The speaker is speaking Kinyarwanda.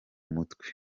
mutwe